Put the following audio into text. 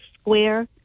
square